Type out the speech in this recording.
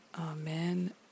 Amen